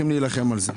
נילחם על זה.